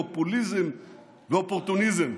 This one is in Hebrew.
פופוליזם ואופורטוניזם.